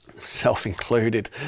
self-included